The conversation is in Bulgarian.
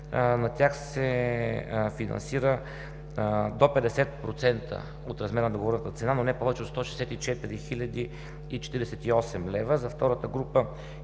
с тях се финансира до 50% от размера на договорената цена, но не повече от 164 048 лв.; за втората група